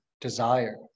desire